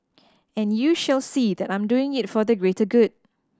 and you shall see that I'm doing it for the greater good